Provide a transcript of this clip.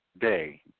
day